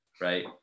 right